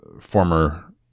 former